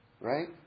Right